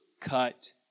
cut